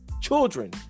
children